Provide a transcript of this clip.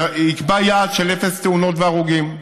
זה יקבע יעד של אפס תאונות והרוגים.